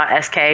.sk